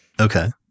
Okay